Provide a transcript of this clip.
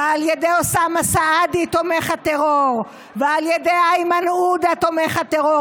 ועל ידי אוסאמה סעדי תומך הטרור ועל ידי איימן עודה תומך הטרור,